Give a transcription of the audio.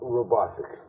Robotic